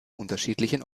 unterschiedlichen